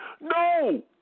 No